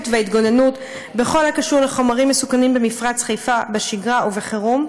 וההתגוננות בכל הקשור לחומרים מסוכנים במפרץ חיפה בשגרה ובחירום,